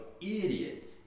idiot